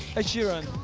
ed sheeran.